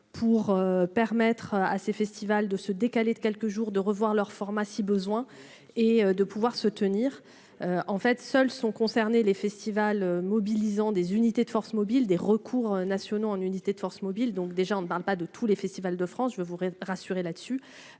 pour permettre à ces festivals de se décaler de quelques jours de revoir leur format, si besoin est de pouvoir se tenir, en fait, seuls sont concernés les festivals, mobilisant des unités de forces mobiles des recours nationaux en unités de forces mobiles, donc déjà on ne parle pas de tous les festivals de France je vous rassurer là-dessus